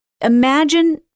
imagine